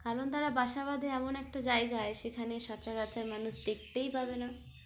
কারণ তারা বাসা বাঁধে এমন একটা জায়গায় সেখানে সচরাচর মানুষ দেখতেই পাবে না